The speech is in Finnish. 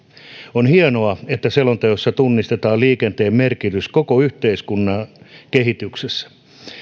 on hienoa että selonteossa tunnistetaan liikenteen merkitys koko yhteiskunnan kehityksessä